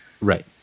Right